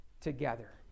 together